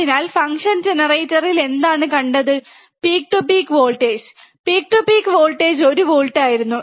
അതിനാൽ ഫംഗ്ഷൻ ജനറേറ്ററിൽ എന്താണ് കണ്ടത് peak to peak voltage peak to peak voltage ഒരു വോൾട്ട് ആയിരുന്നു